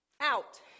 Out